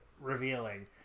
revealing